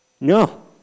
No